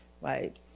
right